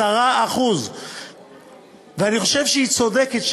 10%. ואני חושב שהיא צודקת,